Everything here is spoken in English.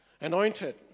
anointed